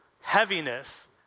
heaviness